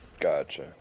Gotcha